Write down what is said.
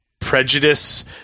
prejudice